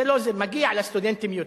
זה לא זה, מגיע לסטודנטים יותר.